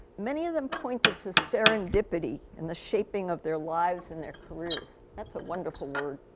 many of them pointed to serendipity, in the shaping of their lives and their careers. that's a wonderful word,